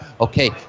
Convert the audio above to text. okay